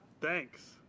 Thanks